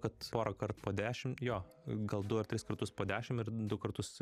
kad porąkart po dešimt jo gal du ar tris kartus po dešimt ir du kartus